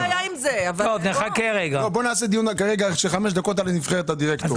בוא נעשה דיון של חמש דקות על נבחרת הדירקטורים.